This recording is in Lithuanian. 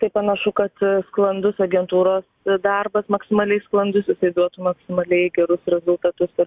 tai panašu kad sklandus agentūros darbas maksimaliai sklandus jisai duotų maksimaliai gerus rezultatus ir